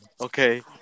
Okay